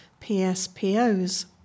PSPO's